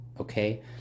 okay